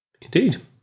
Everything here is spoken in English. Indeed